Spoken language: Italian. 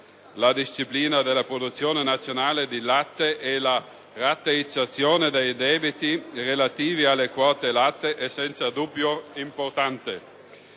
la disciplina della produzione nazionale di latte e la rateizzazione dei debiti relativi alle quote latte, è senza dubbio importante.